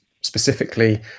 specifically